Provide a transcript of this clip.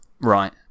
Right